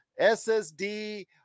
SSD